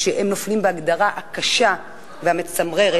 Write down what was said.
והם נופלים בהגדרה הקשה והמצמררת,